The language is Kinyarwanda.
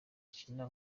akina